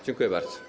Dziękuję bardzo.